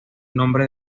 nombre